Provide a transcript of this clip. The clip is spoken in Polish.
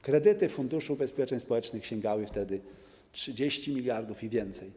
Kredyty Funduszu Ubezpieczeń Społecznych sięgały wtedy 30 mld i więcej.